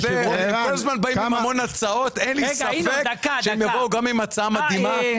אין לי ספק שהם יבואו עם הצעה מדהימה,